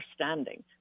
understanding